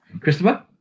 Christopher